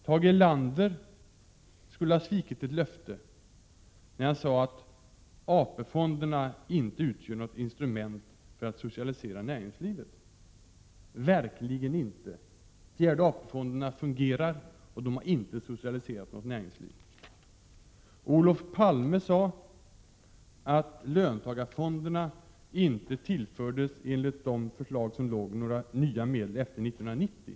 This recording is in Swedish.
Tage Erlander skulle ha svikit ett löfte när han sade att AP-fonderna inte utgjorde något instrument för att socialisera näringslivet. Nej, verkligen inte. AP-fonderna fungerar, och de har inte socialiserat näringslivet. Olof Palme sade att löntagarfonderna enligt det förslag som låg inte skulle tillföras några nya medel efter 1990.